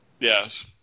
Yes